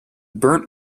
burnt